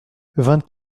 vingt